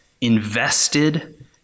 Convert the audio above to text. invested